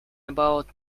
about